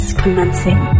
commencing